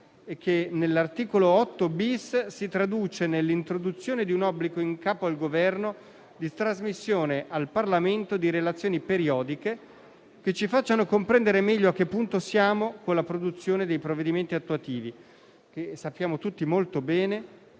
e che, all'articolo 8-*bis*, si traduce nell'introduzione di un obbligo, in capo al Governo, di trasmissione al Parlamento di relazioni periodiche, che ci facciano comprendere meglio a che punto siamo con la produzione dei provvedimenti attuativi, che, come sappiamo tutti molto bene,